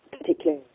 particular